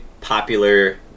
popular